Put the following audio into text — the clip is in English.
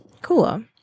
cool